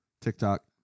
TikTok